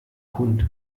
hund